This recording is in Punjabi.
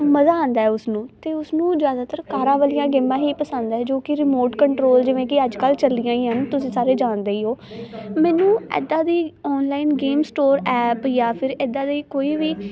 ਮਜ਼ਾ ਆਉਂਦਾ ਉਸਨੂੰ ਅਤੇ ਉਸਨੂੰ ਜ਼ਿਆਦਾਤਰ ਕਾਰਾਂ ਵਾਲੀਆਂ ਗੇਮਾਂ ਹੀ ਪਸੰਦ ਹੈ ਜੋ ਕਿ ਰਿਮੋਟ ਕੰਟਰੋਲ ਜਿਵੇਂ ਕਿ ਅੱਜ ਕੱਲ੍ਹ ਚੱਲੀਆਂ ਹੀ ਹਨ ਤੁਸੀਂ ਸਾਰੇ ਜਾਣਦੇ ਹੀ ਹੋ ਮੈਨੂੰ ਇੱਦਾਂ ਦੀ ਆਨਲਾਈਨ ਗੇਮ ਸਟੋਰ ਐਪ ਜਾਂ ਫਿਰ ਇੱਦਾਂ ਦੀ ਕੋਈ ਵੀ